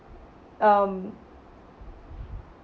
um